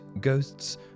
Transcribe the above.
ghosts